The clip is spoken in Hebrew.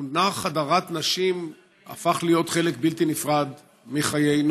המונח הדרת נשים הפך להיות חלק בלתי נפרד מחיינו,